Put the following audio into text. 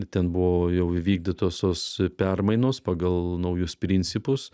ten buvo jau įvykdytos tos permainos pagal naujus principus